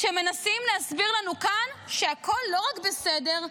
כשהם מנסים להסביר לנו כאן שהכול לא רק בסדר,